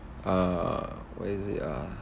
uh what is it ah